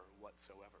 whatsoever